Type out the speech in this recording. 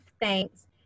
thanks